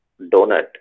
donut